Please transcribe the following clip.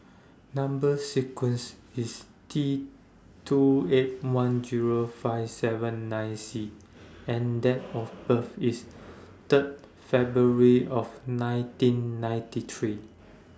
Number sequence IS T two eight one Zero five seven nine C and Date of birth IS Third February of nineteen ninety three